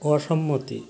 অসম্মতি